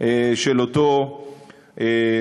של אותו שוטר.